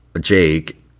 Jake